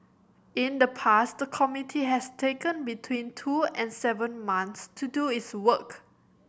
in the past the committee has taken between two and seven months to do its work